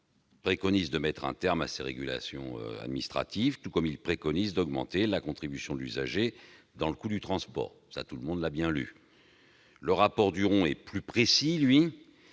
préconise de mettre un terme à ces régulations administratives, tout comme il recommande d'augmenter la contribution de l'usager dans le coût du transport, un passage que tout le monde a bien lu ... Le rapport Duron est plus précis et